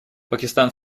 пакистан